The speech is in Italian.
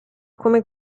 come